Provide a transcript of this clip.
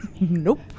Nope